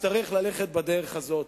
תצטרך ללכת בדרך הזו.